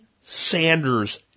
Sanders